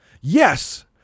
Yes